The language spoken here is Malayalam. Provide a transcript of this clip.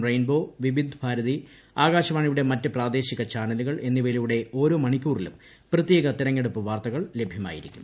റെയിൻബോ വിവിധ് ഭാരതി ആകാശവാണിയുടെ മറ്റ് പ്രാദേശിക ചാനലുകൾ എന്നിവയിലൂടെ ഓരോ മണിക്കൂറിലും പ്രത്യേക തെരഞ്ഞെടുപ്പ് വാർത്തകൾ ലഭ്യമായിരിക്കും